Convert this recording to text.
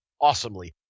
awesomely